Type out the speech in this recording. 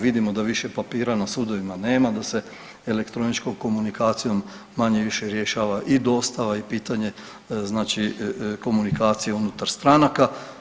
Vidimo da više papira na sudovima nema, da se elektroničkom komunikacijom manje-više rješava i dostava i pitanje znači komunikacije unutar stranaka.